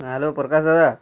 hello Prakash ଦାଦା